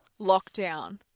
Lockdown